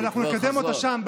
תחזור ואנחנו נקדם אותה שם,